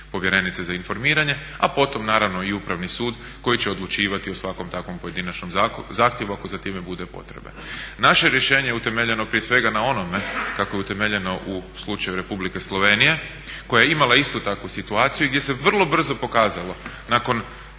povjerenice za informiranje a potom naravno i upravni sud koji će odlučivati o svakom takvom pojedinačnom zahtjevu ako za time bude potrebe. Naše rješenje je utemeljeno prije svega na onome kako je utemeljeno u slučaju Republike Slovenije koja je imala istu takvu situaciju gdje se vrlo brzo pokazalo nakon